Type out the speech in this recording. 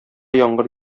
яңгыр